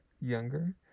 younger